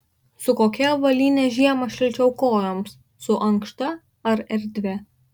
su kokia avalyne žiemą šilčiau kojoms su ankšta ar erdvia